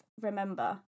remember